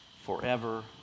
forever